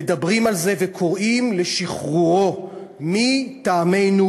מדברים על זה וקוראים לשחרורו מטעמנו,